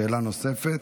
שאלה נוספת.